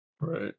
Right